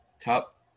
top